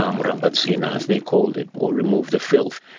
um murambatsvina, as they called it, or remove the filth,